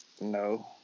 no